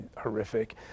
horrific